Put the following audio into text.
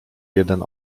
jeden